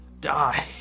die